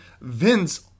Vince